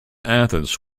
athens